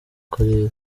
karere